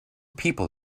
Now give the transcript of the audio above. people